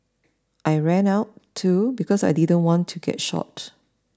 I ran out too because I didn't want to get shot